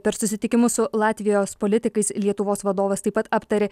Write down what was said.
per susitikimus su latvijos politikais lietuvos vadovas taip pat aptarė